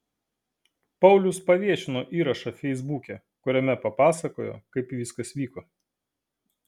paulius paviešino įrašą feisbuke kuriame papasakojo kaip viskas vyko